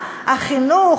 החינוך,